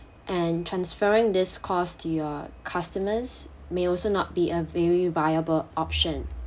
and transferring this cost to your customers may also not be a very viable option